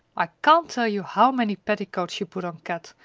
i can't tell you how many petticoats she put on kat,